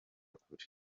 kure